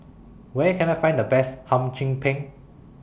Where Can I Find The Best Hum Chim Peng